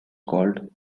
called